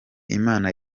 imana